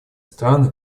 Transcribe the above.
страны